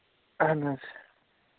اَہَن حظ